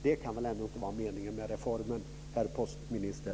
Det kan väl ändå inte vara meningen med reformen, herr postminister.